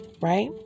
right